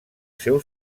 seu